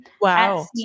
Wow